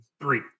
Three